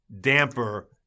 damper